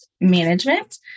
management